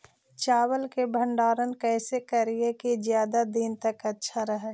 चावल के भंडारण कैसे करिये की ज्यादा दीन तक अच्छा रहै?